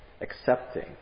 accepting